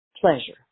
pleasure